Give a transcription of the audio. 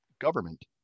government